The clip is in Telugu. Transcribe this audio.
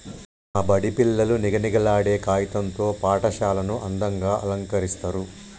మా బడి పిల్లలు నిగనిగలాడే కాగితం తో పాఠశాలను అందంగ అలంకరిస్తరు